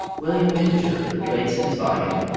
william pittenger relates in his volume,